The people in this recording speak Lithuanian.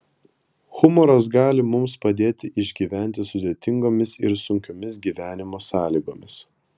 humoras gali mums padėti išgyventi sudėtingomis ir sunkiomis gyvenimo sąlygomis